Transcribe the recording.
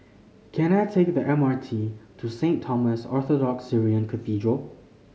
can I take the M R T to Saint Thomas Orthodox Syrian Cathedral